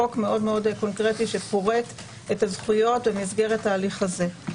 חוק מאוד מאוד קונקרטי שפורט את הזכויות במסגרת ההליך הזה.